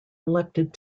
elected